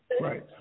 Right